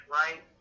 right